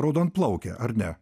raudonplaukė ar ne